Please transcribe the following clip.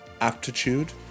aptitude